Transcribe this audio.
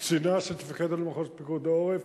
קצינה שתפקד על מחוז פיקוד העורף.